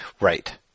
Right